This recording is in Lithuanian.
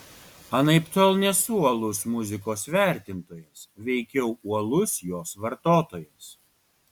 anaiptol nesu uolus muzikos vertintojas veikiau uolus jos vartotojas